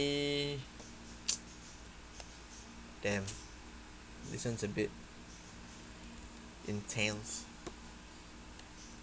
damn this one's a bit intense